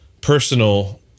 personal